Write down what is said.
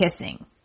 kissing